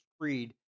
Creed